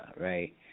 right